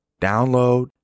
Download